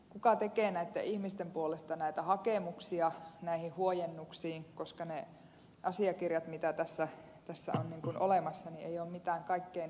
kuka tekee näitten ihmisten puolesta hakemuksia näihin huojennuksiin koska ne asiakirjat mitä tässä on olemassa eivät ole mitään kaikkein yksinkertaisimpia